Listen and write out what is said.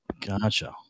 gotcha